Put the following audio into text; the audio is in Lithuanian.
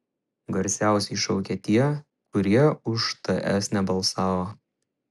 garsiausiai šaukia tie kurie už ts nebalsavo